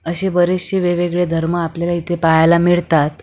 असे बरेचसे वेगवेगळे धर्म आपल्याला इथे पाहायला मिळतात